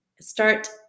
start